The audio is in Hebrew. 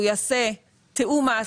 הוא יעשה תיאום מס,